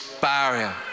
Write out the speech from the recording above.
barrier